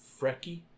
Frecky